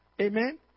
Amen